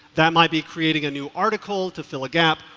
that might be creating a new article to fill a gap,